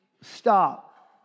stop